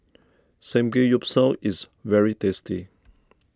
Samgeyopsal is very tasty